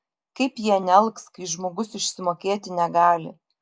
kaip jie nealks kai žmogus išsimokėti negali